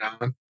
on